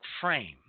frame